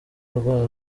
rwa